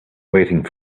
waiting